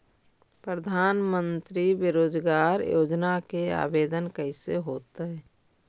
प्रधानमंत्री बेरोजगार योजना के आवेदन कैसे होतै?